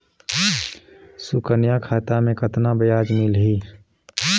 सुकन्या खाता मे कतना ब्याज मिलही?